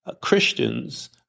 Christians